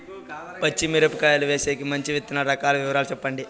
పచ్చి మిరపకాయలు వేసేకి మంచి విత్తనాలు రకాల వివరాలు చెప్పండి?